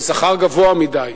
של שכר גבוה מדי,